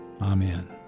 Amen